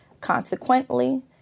Consequently